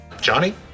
Johnny